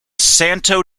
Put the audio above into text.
santo